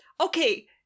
Okay